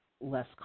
less